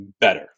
better